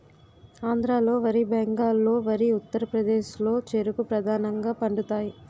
ఆంధ్రాలో వరి బెంగాల్లో వరి ఉత్తరప్రదేశ్లో చెరుకు ప్రధానంగా పండుతాయి